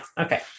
Okay